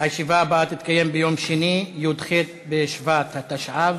הישיבה הבאה תתקיים ביום שני, י"ח בשבט התשע"ו,